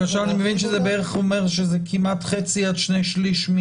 זה אומר שזה כמעט חצי עד שני-שליש,